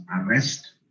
arrest